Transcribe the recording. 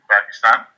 Pakistan